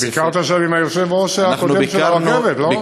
אתה ביקרת שם עם היושב-ראש הקודם של הרכבת, לא?